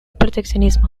proteccionismo